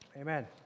Amen